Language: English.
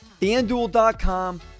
FanDuel.com